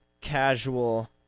casual